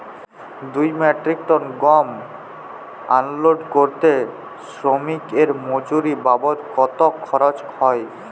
দুই metric ton গম unload করতে শ্রমিক এর মজুরি বাবদ কত খরচ হয়?